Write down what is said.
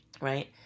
right